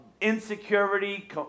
insecurity